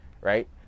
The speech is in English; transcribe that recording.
Right